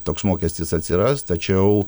toks mokestis atsiras tačiau